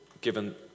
given